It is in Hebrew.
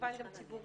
כמובן גם ציבוריים.